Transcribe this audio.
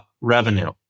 revenue